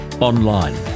online